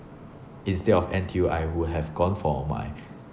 instead of N_T_U I would have gone for my